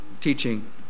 teaching